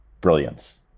brilliance